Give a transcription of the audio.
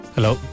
Hello